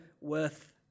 worth